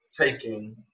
taking